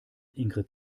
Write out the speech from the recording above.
ingrid